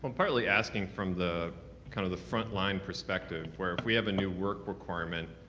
um partly asking from the kind of the front line perspective where if we have a new work requirement,